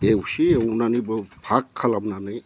एवसे एवनानै बाव फाख खालामनानै